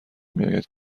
میآید